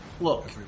Look